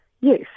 Yes